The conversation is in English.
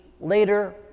later